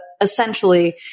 essentially